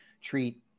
treat